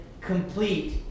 complete